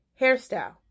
hairstyle